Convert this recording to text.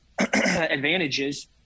advantages